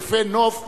יפה-נוף,